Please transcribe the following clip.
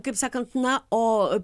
kaip sakant na o